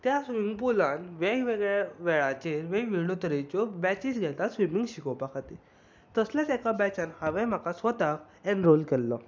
त्या स्विमींग पुलांत वेगवेगळ्या वेळांचेर वेगवेगळ्यो तरेच्यो बेचीस घेतात स्विमींग शिकोवपा खातीर तसलेंच एका बेचांत हांवें म्हाका स्वताक एनराॅल केल्लो